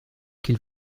qu’il